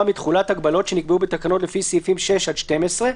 מתחולת הגבלות שנקבעו בתקנות לפי סעיפים 6 עד 12,